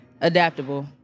adaptable